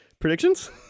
predictions